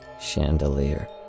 chandelier